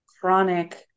chronic